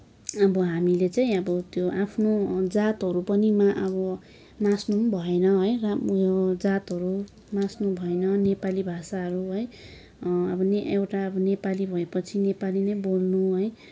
अब हामीले चाहिँ अब त्यो आफ्नो जातहरू पनि मा अब मास्नु पनि भएन है उयो जातहरू मास्नु भएन नेपाली भाषाहरू है अब नेपा एउटा नेपाली भएपछि नेपाली नै बोल्नु है